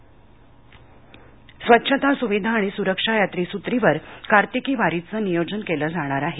कार्तिकी स्वच्छता सुविधा आणि सुरक्षा या त्रिसूत्रीवर कार्तिकी वारीचं नियोजन केले जाणार आहे